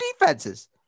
defenses